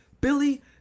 Billy